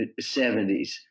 70s